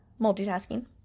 multitasking